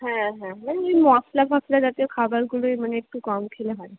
হ্যাঁ হ্যাঁ ওই মশলা ফসলা জাতীয় খাবারগুলোই মানে একটু কম খেলে হয়